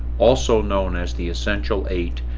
also known as the essential eight,